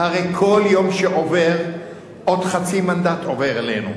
חבר הכנסת חסון,